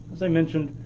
as i mentioned,